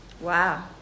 Wow